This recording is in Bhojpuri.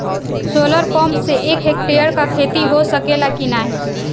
सोलर पंप से एक हेक्टेयर क खेती हो सकेला की नाहीं?